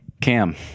Cam